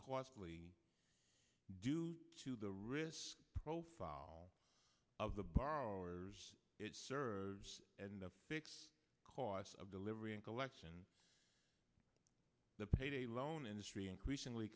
costly due to the risk profile of the borrowers it serves and the fixed costs of delivery and collection the payday loan industry increasingly